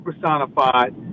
personified